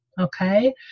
Okay